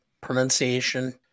pronunciation